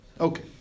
Okay